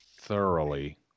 thoroughly